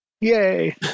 Yay